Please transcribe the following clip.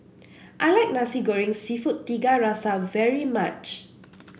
I like Nasi Goreng seafood Tiga Rasa very much